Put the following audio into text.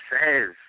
says